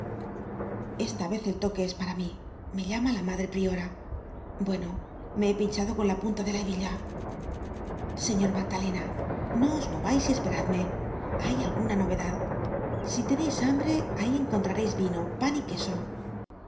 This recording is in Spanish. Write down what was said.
esta vez el toque es para mí me llama la madre priora bueno me he pinchado con la punta de la hebilla señor magdalena no os movais y esperadme hay alguna novedad si teneis hambre ahí encontrareis vino pan y queso